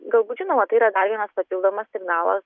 galbūt žinoma tai yra vienas papildomas signalas